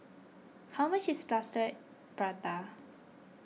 how much is Plaster Prata